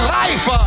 life